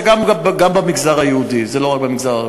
זה גם במגזר היהודי, לא רק במגזר הערבי.